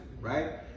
right